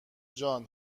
جان